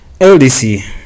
LDC